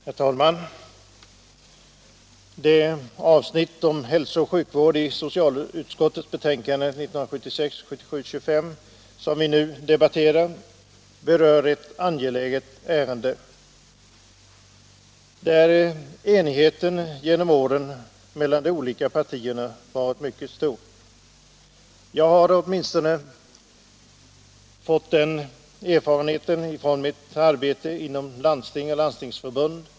Herr talman! Det avsnitt om hälsooch sjukvård i socialutskottets betänkande 1976/77:25 som vi nu debatterar berör ett angeläget område, där enigheten under åren mellan de olika partierna varit mycket stor. Det är åtminstone den erfarenhet jag har från mitt arbete i landsting och landstingsförbund.